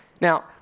Now